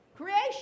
creation